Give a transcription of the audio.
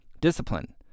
discipline